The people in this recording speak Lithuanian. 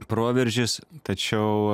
proveržis tačiau